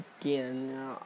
again